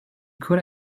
would